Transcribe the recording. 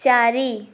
ଚାରି